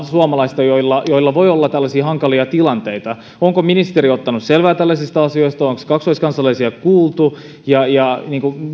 suomalaista joilla joilla voi olla tällaisia hankalia tilanteita onko ministeri ottanut selvää tällaisista asioista onko kaksoiskansalaisia kuultu ja ja